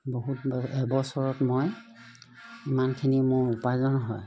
বহুত এবছৰত মই ইমানখিনি মোৰ উপাৰ্জন হয়